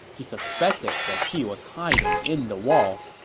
he suspected that she was hiding in the walls,